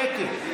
שקט.